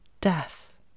death